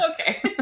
Okay